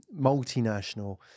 multinational